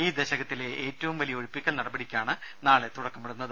ഈ ദശകത്തിലെ ഏറ്റവും വലിയ ഒഴിപ്പിക്കൽ നടപടിക്കാണ് നാളെ തുടക്കമിടുന്നത്